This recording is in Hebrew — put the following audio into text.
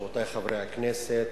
רבותי חברי הכנסת,